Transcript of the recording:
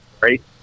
right